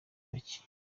bake